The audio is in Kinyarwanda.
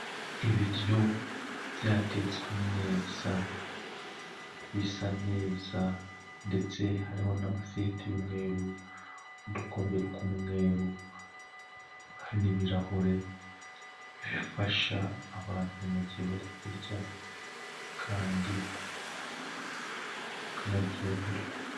Ibiryo byatetswe neza, bisa neza ndetse hariho n'amasiyete y'umweru, udukombe tw'umweru n'ibirahure bifasha abantu mu gihe bari kurya kandi bakanaryoherwa.